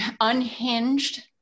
unhinged